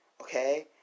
Okay